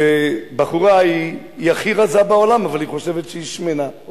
שבחורה היא הכי רזה בעולם אבל היא חושבת שהיא שמנה,